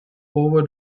over